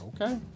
Okay